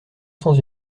sans